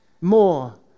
more